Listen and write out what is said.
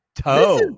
toe